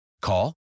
Call